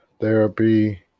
Therapy